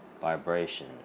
vibration